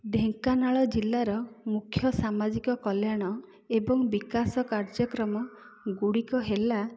ଢ଼େଙ୍କାନାଳ ଜିଲ୍ଲାର ମୁଖ୍ୟ ସାମାଜିକ କଲ୍ୟାଣ ଏବଂ ବିକାଶ କାର୍ଯ୍ୟକ୍ରମ ଗୁଡ଼ିକ ହେଲା